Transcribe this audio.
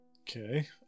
Okay